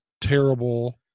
terrible